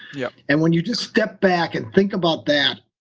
yeah and when you just step back and think about that,